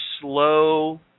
slow